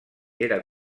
era